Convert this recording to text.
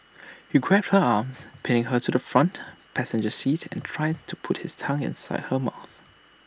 he grabbed her arms pinning her to the front passenger seat and tried to put his tongue inside her mouth